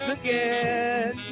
again